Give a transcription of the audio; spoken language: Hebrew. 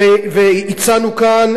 והצענו כאן,